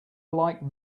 like